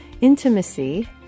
intimacy